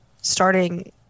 starting